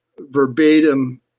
verbatim